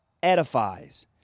edifies